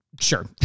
Sure